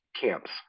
camps